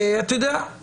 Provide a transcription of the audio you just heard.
אתה יודע,